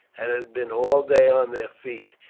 and had been all day on their feet.